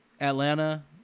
Atlanta